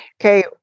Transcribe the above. Okay